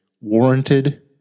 warranted